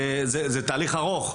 זה תהליך ארוך,